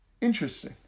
Interesting